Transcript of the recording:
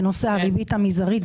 בנושא הריבית המזערית.